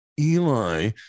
Eli